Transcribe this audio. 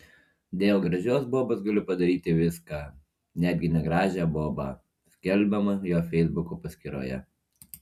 dėl gražios bobos galiu padaryti viską netgi negražią bobą skelbiama jo feisbuko paskyroje